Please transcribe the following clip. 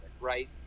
Right